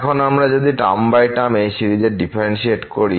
এখন আমরা যদি টার্ম বাই টার্ম এই সিরিজের ডিফারেন্শিয়েট করি